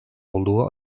olduğu